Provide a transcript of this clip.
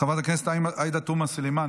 חברת הכנסת עאידה תומא סלימאן,